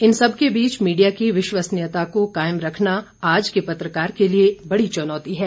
इन सबके बीच मीडिया की विश्वसनीयता को कायम रखना आज के पत्रकार के लिए बड़ी चुनौती है